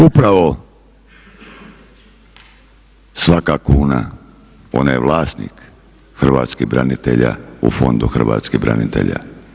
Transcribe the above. Upravo svaka kuna ona je vlasnik hrvatskih branitelja u Fondu hrvatskih branitelja.